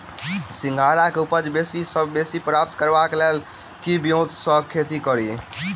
सिंघाड़ा केँ उपज बेसी सऽ बेसी प्राप्त करबाक लेल केँ ब्योंत सऽ खेती कड़ी?